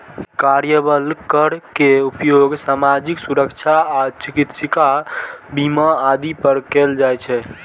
कार्यबल कर के उपयोग सामाजिक सुरक्षा आ चिकित्सा बीमा आदि पर कैल जाइ छै